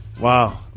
Wow